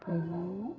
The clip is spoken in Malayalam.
പിന്നേ